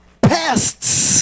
pests